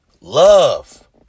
love